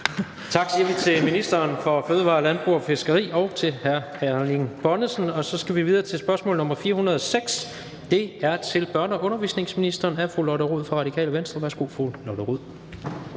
Tak siger vi til ministeren for fødevarer, landbrug og fiskeri og til hr. Erling Bonnesen. Så skal vi videre til spørgsmål nr. 406. Det er til børne- og undervisningsministeren af fru Lotte Rod fra Radikale Venstre. Kl. 16:51 Spm.